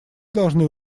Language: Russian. должны